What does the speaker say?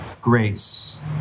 grace